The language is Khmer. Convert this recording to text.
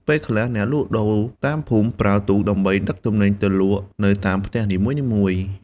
ពេលខ្លះអ្នកលក់ដូរតាមភូមិប្រើទូកដើម្បីដឹកទំនិញទៅលក់នៅតាមផ្ទះនីមួយៗ។